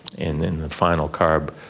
and then the final carb